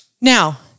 now